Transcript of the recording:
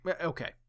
Okay